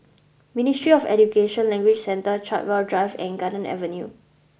Ministry of Education Language Centre Chartwell Drive and Garden Avenue